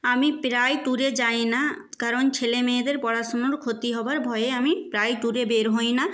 আমি প্রায় ট্যুরে যাই না কারণ ছেলে মেয়েদের পড়াশুনোর ক্ষতি হওয়ার ভয়ে আমি প্রায় ট্যুরে বের হই না